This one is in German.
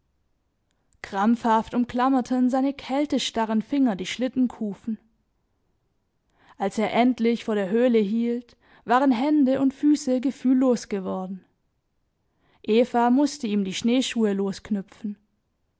krampfhaft umklammerten seine kältestarren finger die schlittenkufen als er endlich vor der höhle hielt waren hände und füße gefühllos geworden eva mußte ihm die schneeschuhe losknüpfen